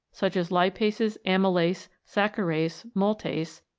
such as lipases, amylase, saccharase, maltase,